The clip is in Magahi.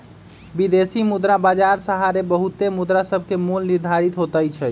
विदेशी मुद्रा बाजार सहारे बहुते मुद्रासभके मोल निर्धारित होतइ छइ